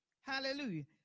Hallelujah